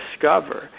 discover